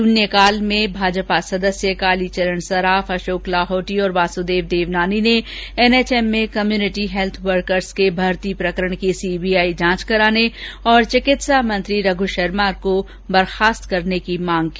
शुन्यकाल में भाजपा सदस्य कालीचरण सर्राफ अषोक लाहौटी और वासुदेव देवनानी ने एनएचएम में कंम्यूनिटी हैल्थ वर्कर्स के भर्ती प्रकरण की सीबीआई जांच कराने और चिकित्सा मंत्री रघ शर्मा को बर्खास्त करने की मांग की